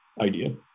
idea